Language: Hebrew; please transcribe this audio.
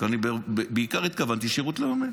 בעיקר התכוונתי לשירות לאומי.